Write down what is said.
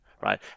right